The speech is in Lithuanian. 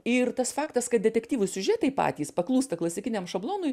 ir tas faktas kad detektyvų siužetai patys paklūsta klasikiniam šablonui